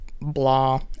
blah